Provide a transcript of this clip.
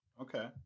Okay